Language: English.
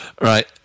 Right